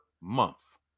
month